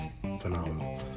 phenomenal